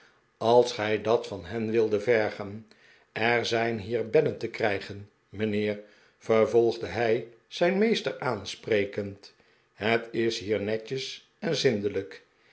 als gij dat van hen wildet vergen er zijn hier bedden te krijgen mijnheer vervolgde hij zijn meester aansprekend het is hier netjes en zmdelijk